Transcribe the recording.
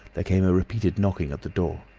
there came a repeated knocking at the door.